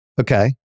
Okay